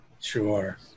Sure